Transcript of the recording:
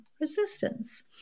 resistance